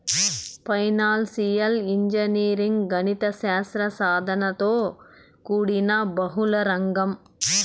financial engineering గణిత శాస్త్ర సాధనలతో కూడిన బహుళ రంగం